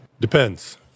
Depends